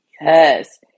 Yes